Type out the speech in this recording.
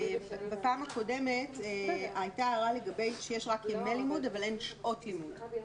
בישיבה הקודמת הייתה הערה על כך שיש רק ימי לימוד אבל אין שעות לימוד.